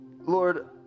Lord